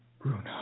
Bruno